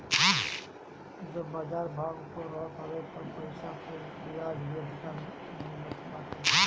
जब बाजार भाव ऊपर रहत हवे तब पईसा पअ बियाज भी अधिका मिलत बाटे